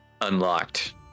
unlocked